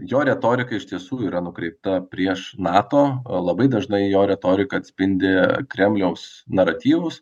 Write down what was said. jo retorika iš tiesų yra nukreipta prieš nato labai dažnai jo retorika atspindi kremliaus naratyvus